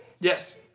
Yes